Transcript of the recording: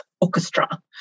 orchestra